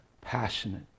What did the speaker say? passionate